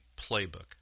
playbook